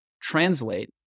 translate